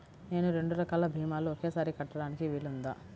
నేను రెండు రకాల భీమాలు ఒకేసారి కట్టడానికి వీలుందా?